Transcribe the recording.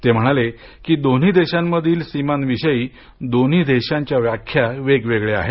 ते म्हणाले की दोन्ही देशातील सिमाविषयी दोन्ही देशांच्या व्याख्या वेगवेगळ्या आहेत